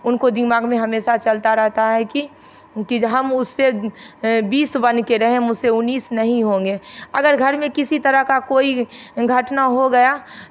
उनको दिमाग में हमेशा चलता रहता है कि जे हम उससे बीस बन के रहें हम उससे उन्नीस नहीं होंगे अगर घर में किसी तरह का कोई घटना हो गया